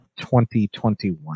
2021